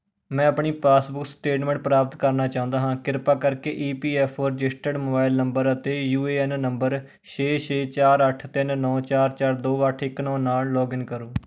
ਮੈਂ ਆਪਣੀ passbook statement ਪ੍ਰਾਪਤ ਕਰਨਾ ਚਾਹੁੰਦਾ ਹਾਂ ਕਿਰਪਾ ਕਰਕੇ E P F O registered mobile number ਅਤੇ ਯੂ ਏ ਐਨ ਨੰਬਰ ਛੇ ਛੇ ਚਾਰ ਅੱਠ ਤਿੰਨ ਨੌਂ ਚਾਰ ਚਾਰ ਦੋ ਅੱਠ ਇੱਕ ਨੌਂ ਨਾਲ ਲੌਗਇਨ ਕਰੋ